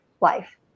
life